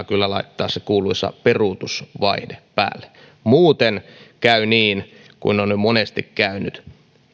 kyllä laittaa se kuuluisa peruutusvaihe päälle muuten käy niin kuin on jo monesti käynyt